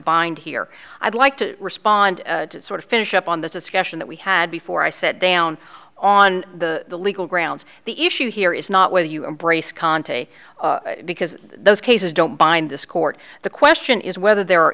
bind here i'd like to respond to sort of finish up on this discussion that we had before i said down on the legal grounds the issue here is not whether you embrace conti because those cases don't bind this court the question is whether there are